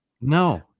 No